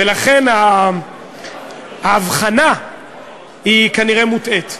ולכן האבחנה היא כנראה מוטעית.